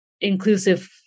inclusive